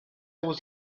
was